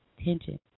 attention